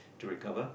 to recover